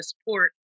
support